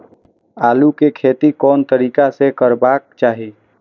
आलु के खेती कोन तरीका से करबाक चाही?